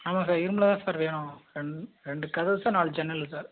ஆமாம் சார் இரும்பில் தான் சார் வேணும் ரெண்டு ரெண்டு கதவு சார் நாலு ஜன்னல் சார்